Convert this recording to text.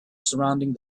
surrounding